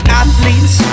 athletes